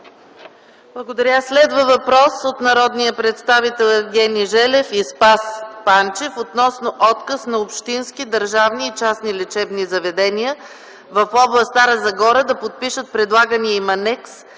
Благодаря. Следва въпрос от народните представители Евгений Желев и Спас Панчев относно отказ на общински държавни и частни лечебни заведения в област Стара Загора да подпишат предлагания им анекс